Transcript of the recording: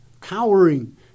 cowering